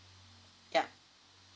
yup